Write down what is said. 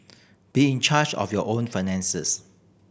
be in charge of your own finances